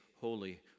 Holy